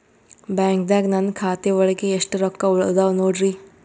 ಬ್ಯಾಂಕ್ದಾಗ ನನ್ ಖಾತೆ ಒಳಗೆ ಎಷ್ಟ್ ರೊಕ್ಕ ಉಳದಾವ ನೋಡ್ರಿ?